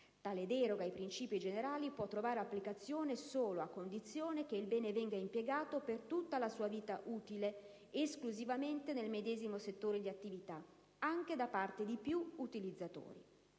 Tale deroga ai principi generali può trovare applicazione solo a condizione che il bene venga impiegato per tutta la sua vita utile, esclusivamente nel medesimo settore di attività, anche da parte di più utilizzatori.